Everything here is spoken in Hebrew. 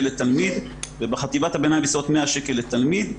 לתלמיד ובחטיבת הביניים בסביבות 100 שקל לתלמיד.